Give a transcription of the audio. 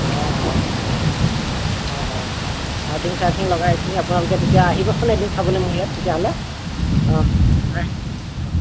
অঁ অঁ হয় হয় আৰ্থিঙ চাৰ্থিঙ লগাই এইখিনি আপোনালোকে তেতিয়া আহিবচোন এদিন চাবলৈ মোৰ ইয়াত তেতিয়াহ'লে অঁ হয় অঁ